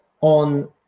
on